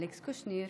(ענישה לפי חוקי עזר),